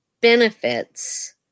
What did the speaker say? benefits